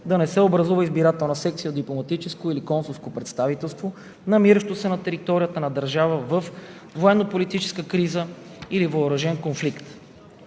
да не се образува избирателна секция в дипломатическо или консулско представителство, намиращо се на територията на държава във военнополитическа криза или въоръжен конфликт.